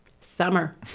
Summer